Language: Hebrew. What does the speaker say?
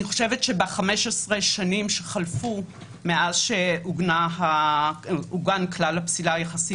אני חושבת שב-15 השנים שחלפו מאז שעוגן כלל הפסילה היחסי